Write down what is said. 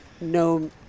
no